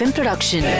Production